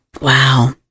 Wow